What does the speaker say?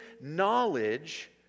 knowledge